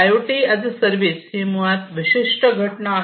I O T as a service ही मुळात विशिष्ट घटना आहे